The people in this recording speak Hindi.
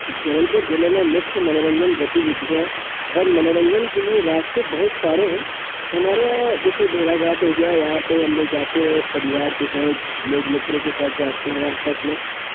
जबलपुर जिले में मुख्य मनोरंजन गतिविधियाँ और मनोरंजन के लिए रास्ते बहुत सारे हैं हमारे यहाँ जैसे भेड़ा घाट हो गया यहाँ पे हम लोग जाते हैं परिवार के साथ लोग मित्रों के साथ जाते हैं आपस में